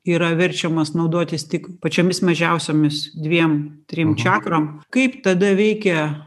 yra verčiamas naudotis tik pačiomis mažiausiomis dviem trim čiakrom kaip tada veikia